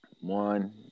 one